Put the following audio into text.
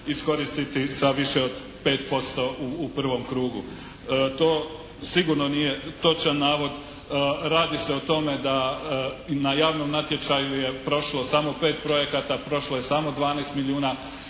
iskoristiti sa više od 5% u prvom krugu. To sigurno nije točan navod. Radi se o tome da na javnom natječaju je prošlo samo pet projekata, prošlo je samo 12 milijuna